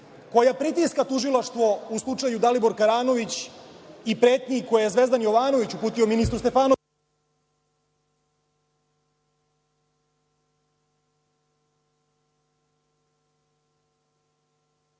koja pritiska tužilaštvo u slučaju Dalibor Karanović i pretnji koje je Zvezdan Jovanović uputio ministru Stefanoviću. Šta